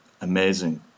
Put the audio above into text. amazing